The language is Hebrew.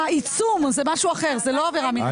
העיצום זה משהו אחר, זאת לא עבירה מינהלית.